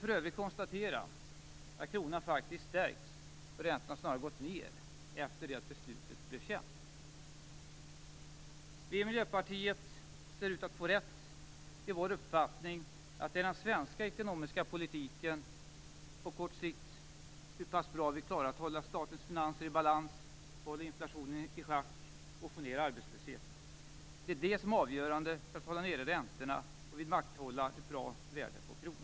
För övrigt kan vi konstatera att kronan faktiskt har stärkts och att räntorna snarare har gått ned efter det att beslutet blev känt. Vi i Miljöpartiet ser ut att få rätt. Vi har ju uppfattningen att det är den svenska ekonomiska politiken på kort sikt - hur pass bra vi klarar att hålla statens finanser i balans, att hålla inflationen i schack och att få ned arbetslösheten - som är avgörande när det gäller att hålla nere räntorna och att vidmakthålla ett bra värde på kronan.